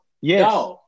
Yes